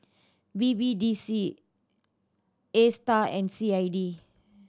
B B D C Astar and C I D